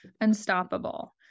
unstoppable